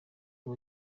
abo